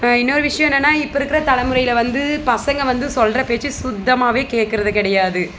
இன்னொரு விஷயம் என்னென்னா இப்போ இருக்கிற தலைமுறையில் வந்து பசங்கள் வந்து சொல்கிற பேச்ச சுத்தமாவே கேட்குறது கிடையாது